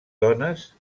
dones